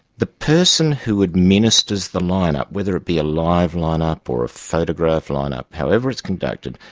the person who administers the line-up, whether it be a live line-up or a photograph line-up, however it's conducted,